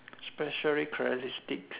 specially characteristic